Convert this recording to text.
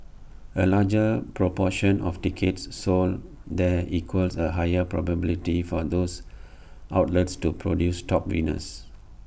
A larger proportion of tickets sold there equals A higher probability for those outlets to produce top winners